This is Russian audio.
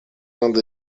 надо